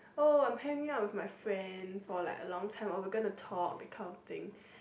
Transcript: oh I am hanging out with my friend for like a long time or we gonna to talk that kind of thing